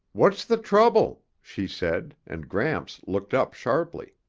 what's the trouble? she said, and gramps looked up sharply.